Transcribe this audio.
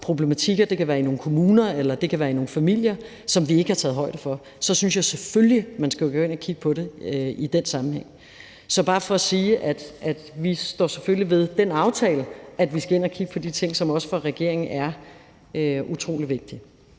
nogle problematikker – det kan være i nogle kommuner, eller det kan være i nogle familier – som vi ikke har taget højde for. Så synes jeg selvfølgelig, man skal gå ind og kigge på det i den sammenhæng. Så det er bare for at sige, at vi selvfølgelig står ved den aftale, at vi skal ind og kigge på de ting, som også for regeringen er utrolig vigtige.